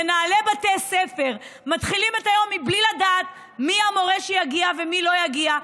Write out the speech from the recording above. מנהלי בתי ספר מתחילים את היום בלי לדעת מי המורה שיגיע ומי לא יגיע,